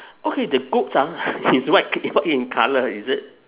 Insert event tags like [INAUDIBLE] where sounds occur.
okay the goats ah [LAUGHS] is white c~ in colour is it